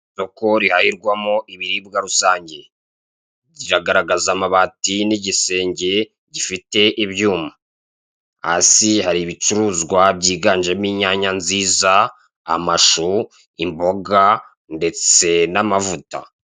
Isoko rihahirwamo ibiribwa rusange riragaragaza amabati n'igisenge gifite ibyuma, hasi hari ibicuruzwa byiganjemo inyanya nziza, amashu, imboga ndetse n'amavuta.